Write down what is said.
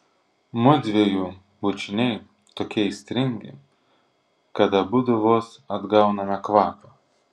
mudviejų bučiniai tokie aistringi kad abudu vos atgauname kvapą